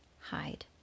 Hide